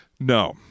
No